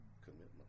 commitment